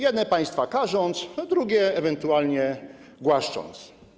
Jedne państwa karze, a drugie ewentualnie głaszcze.